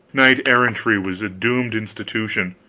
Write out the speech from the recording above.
knight-errantry was a doomed institution.